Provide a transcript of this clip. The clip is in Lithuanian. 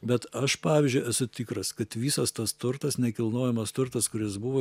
bet aš pavyzdžiui esu tikras kad visas tas turtas nekilnojamas turtas kuris buvo